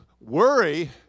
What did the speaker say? Worry